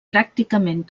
pràcticament